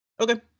Okay